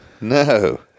no